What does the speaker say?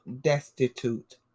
destitute